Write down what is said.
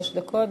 שלוש דקות.